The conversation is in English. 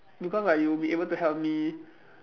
because like you'll be able to help me